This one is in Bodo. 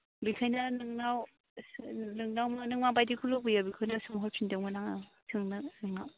बेनिखायनो नोंनाव नों माबायदिखौ लुबैयो बेखौनो सोंहर फिन्दोंमोन आङो सोंनो नोंनाव